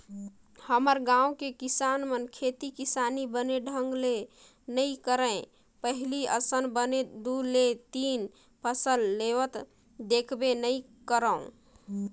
हमर गाँव के किसान मन खेती किसानी बने ढंग ले नइ करय पहिली असन बने दू ले तीन फसल लेवत देखबे नइ करव